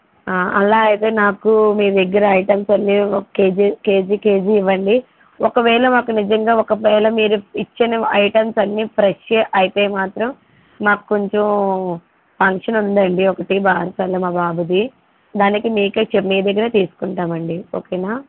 అలా అయితే నాకు మీ దగ్గర ఐటమ్స అన్నీ ఓక కేజీ కేజీ కేజీ ఇవ్వండి ఒకవేళ మాకు నిజంగా ఒకవేళ మీరు ఇచ్చిన ఐటెమ్స అన్నీ ఫ్రెషే అయితే మాత్రం మాకొంచెం ఫంక్షన్ ఉందండి ఒకటి బారసాల మా బాబుది దానికి మీకే చెప్ మీ దగ్గరే తీసుకుంటామండి ఓకేనా